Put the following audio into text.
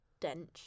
dench